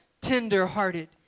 Tender-hearted